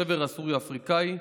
השבר הסורי-אפריקאי.